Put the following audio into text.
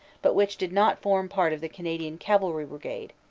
but which did not form part of the canadian cavalry brigade,